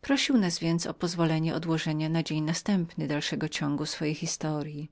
prosił nas o pozwolenie odłożenia na jutro dalszego ciągu swojej historyi